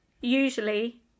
usually